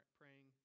praying